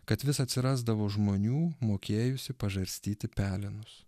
kad vis atsirasdavo žmonių mokėjusių pažarstyti pelenus